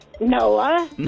Noah